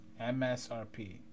MSRP